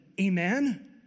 amen